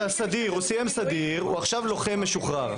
הוא סיים את הסדיר, הוא עכשיו לוחם משוחרר.